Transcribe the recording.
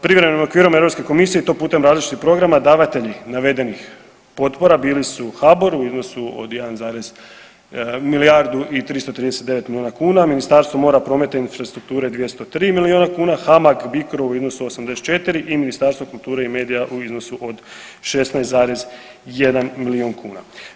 Privremenim okvirom Europske komisije i to putem različitih programa davatelji navedenih potpora bili su u HABOR u iznosu od 1 zarez milijardu i 339 miliona kuna, Ministarstvo mora, prometa i infrastrukture 203 miliona kuna, HAMAG BICRO u iznosu 84 i Ministarstvo kulture i medija u iznosu od 16,1 milion kuna.